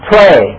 Pray